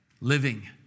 living